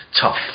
tough